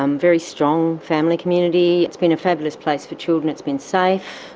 um very strong family community, it's been a fabulous place for children, it's been safe.